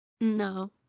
No